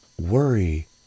worry